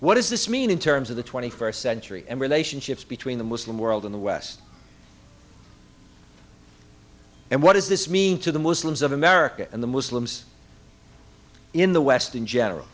what does this mean in terms of the twenty first century and relationships between the muslim world in the west and what does this mean to the muslims of america and the muslims in the west in general